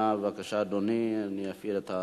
בבקשה, אדוני, אני אפעיל את,